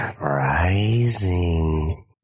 rising